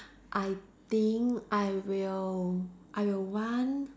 I think I will I will want